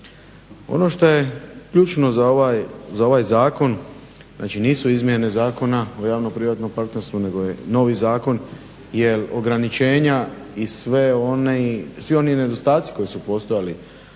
Ono što je ključno za ovaj zakon, znači nisu izmjene Zakona o javno-privatnom partnerstvo nego je novi zakon, jel ograničenja i sve oni nedostaci koji su postojali